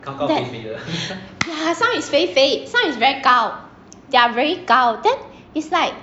that ya some is very 肥 then some is very 高 they're very 高 then is like